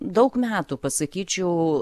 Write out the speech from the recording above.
daug metų pasakyčiau